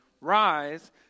Rise